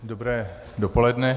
Dobré dopoledne.